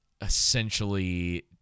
essentially